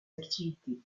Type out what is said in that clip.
activités